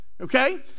okay